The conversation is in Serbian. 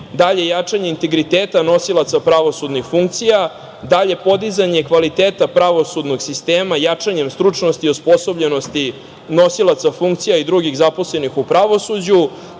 dalje jačanje integriteta nosilaca pravosudnih funkcija, dalje podizanje kvaliteta pravosudnog sistema, jačanjem stručnosti, osposobljenosti nosilaca funkcija i drugih zaposlenih u pravosuđu,